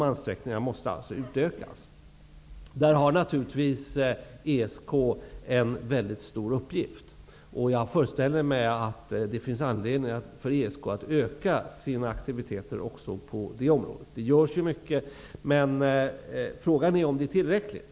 Ansträngningarna på detta område måste utökas, och här har naturligtvis ESK en mycket stor uppgift att fylla. Jag föreställer mig att det finns anledning för ESK att också öka sina aktiviteter på det området. Det görs visserligen mycket, men frågan är om det är tillräckligt.